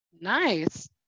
Nice